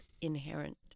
inherent